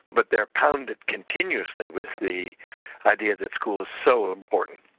but they're pounded continuously with the idea that school is so important.